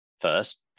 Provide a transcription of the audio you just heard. First